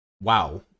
wow